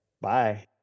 bye